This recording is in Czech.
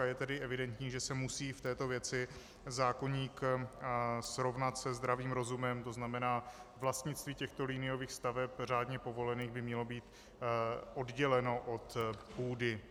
Je tedy evidentní, že se musí i v této věci zákoník srovnat se zdravým rozumem, to znamená, vlastnictví těchto liniových staveb řádně povolených by mělo být odděleno od půdy.